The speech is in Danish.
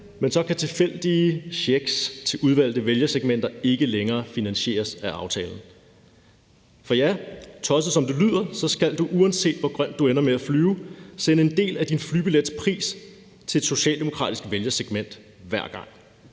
men så kan tilfældige checks til udvalgte vælgersegmenter ikke længere finansieres af aftalen. For ja, tosset, som det lyder, skal du, uanset hvor grønt du ender med at flyve, sende en del af de flybillets pris til et socialdemokratisk vælgersegment hver gang.